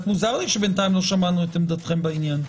קצת מוזר לי שלא שמענו בינתיים את עמדתכם בעניין.